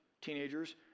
teenagers